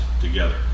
together